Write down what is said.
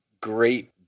Great